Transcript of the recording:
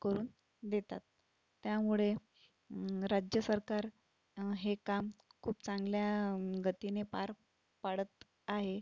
करून देतात त्यामुळे राज्य सरकार हे काम खूप चांगल्या गतीने पार पाडत आहे